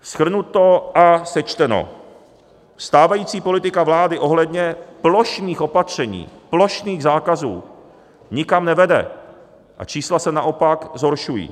Shrnuto a sečteno, stávající politika vlády ohledně plošných opatření, plošných zákazů nikam nevede a čísla se naopak zhoršují.